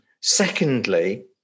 secondly